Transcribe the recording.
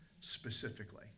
specifically